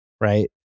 Right